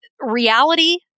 reality